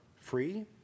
free